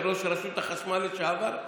יושבת-ראש רשות החשמל לשעבר.